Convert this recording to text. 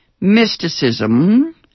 mysticism